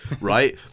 right